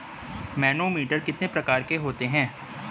Manometer कितने प्रकार के होते हैं?